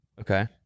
Okay